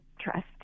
trust